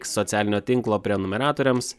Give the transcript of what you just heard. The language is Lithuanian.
socialinio tinklo prenumeratoriams